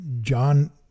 john